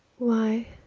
why,